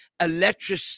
electric